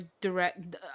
direct